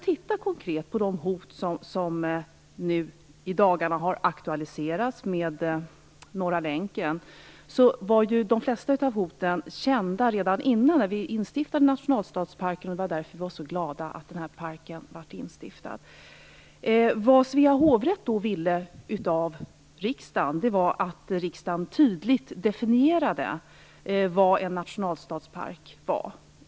När man tittar på de hot som i dagarna har aktualiserats med Norra länken måste man säga att de flesta av dem var kända redan när vi instiftade nationalstadsparken. Det var därför vi blev så glada att den här parken blev instiftad. Svea hovrätt ville då att riksdagen tydligt skulle definiera vad en nationalstadspark var.